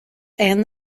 and